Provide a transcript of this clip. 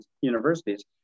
universities